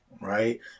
right